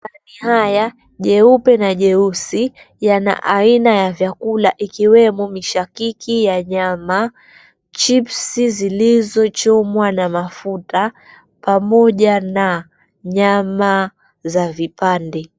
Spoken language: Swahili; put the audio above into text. Masahani haya, jeupe na jeusi yana aina ya vyakula ikiwemo mishakiki ya nyama, chipsi zilizochomwa na mafuta pamoja na nyama za vipande.